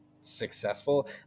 successful